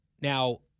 Now